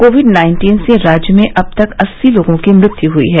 Covid nineteen से राज्य में अब तक अस्सी लोगों की मृत्यु हुई है